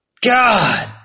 God